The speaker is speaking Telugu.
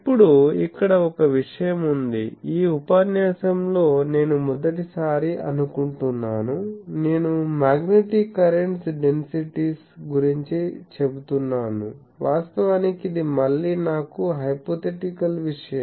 ఇప్పుడు ఇక్కడ ఒక విషయం ఉంది ఈ ఉపన్యాసంలో నేను మొదటిసారి అనుకుంటున్నాను నేను మ్యాగ్నెటిక్ కరెంట్స్ డెన్సిటీస్ గురించి చెబుతున్నాను వాస్తవానికి ఇది మళ్ళీ నాకు హైపోథెటికల్ విషయం